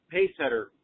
Paysetter